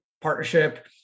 partnership